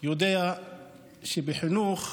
יודע שבחינוך,